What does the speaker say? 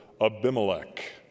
Abimelech